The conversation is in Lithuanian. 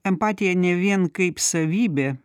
empatija ne vien kaip savybė